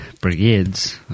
brigades